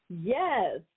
Yes